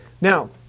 Now